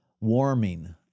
warming